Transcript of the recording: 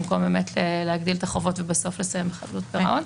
במקום להגדיל את החובות ובסוף לסיים בחדלות פירעון.